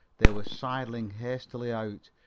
they were sidling hastily out,